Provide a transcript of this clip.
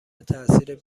تاثیر